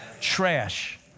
Trash